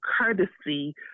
Courtesy